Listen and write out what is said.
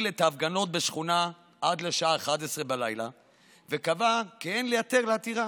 את ההפגנות בשכונה עד לשעה 23:00 וקבע כי אין להיעתר לעתירה.